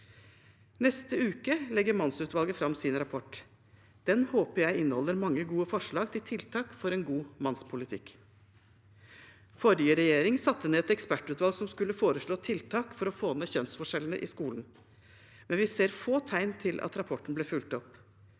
Neste uke legger mannsutvalget fram sin rapport. Den håper jeg inneholder mange gode forslag til tiltak for en god mannspolitikk. Forrige regjering satte ned et ekspertutvalg som skulle foreslå tiltak for å få ned kjønnsforskjellene i skolen, men vi ser få tegn til at rapporten ble fulgt opp.